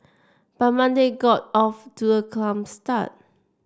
but Monday got off to a calm start